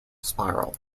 spiral